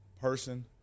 Person